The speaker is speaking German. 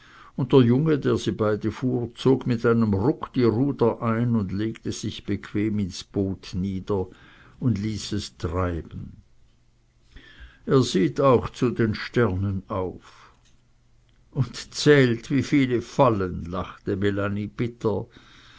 und der junge der sie beide fuhr zog mit einem ruck die ruder ein und legte sich bequem ins boot nieder und ließ es treiben er sieht auch zu den sternen auf sagte rubehn und zählt wie viele fallen lachte melanie bitter